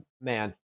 man